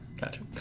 Gotcha